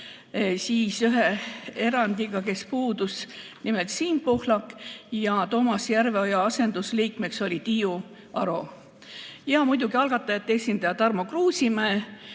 liikmed ühe erandiga – puudus nimelt Siim Pohlak –, Toomas Järveoja asendusliikmeks oli Tiiu Aro ja muidugi oli algatajate esindaja Tarmo Kruusimäe.